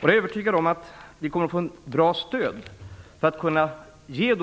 Jag är övertygad om att vi kommer att få ett bra stöd för att kunna ge